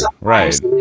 Right